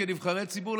כנבחרי ציבור,